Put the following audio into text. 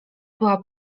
była